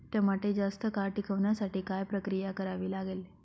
टमाटे जास्त काळ टिकवण्यासाठी काय प्रक्रिया करावी लागेल?